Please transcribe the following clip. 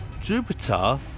Jupiter